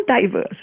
diverse